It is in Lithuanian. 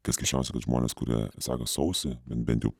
kas keisčiausia kad žmonės kurie seka sausį bent jau